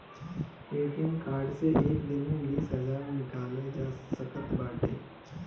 ATM card से एक दिन में बीस हजार निकालल जा सकत बाटे